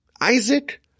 Isaac